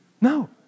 No